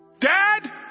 dad